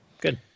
Good